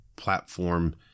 platform